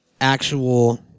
actual